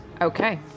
Okay